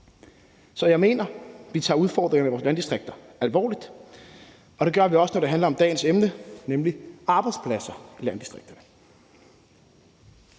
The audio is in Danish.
Så jeg mener, at vi tager udfordringerne i vores landdistrikter alvorligt. Det gør vi også, når det handler om dagens emne, nemlig arbejdspladser i landdistrikterne.